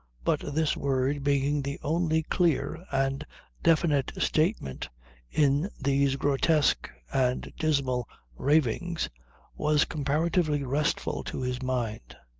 but this word being the only clear and definite statement in these grotesque and dismal ravings was comparatively restful to his mind.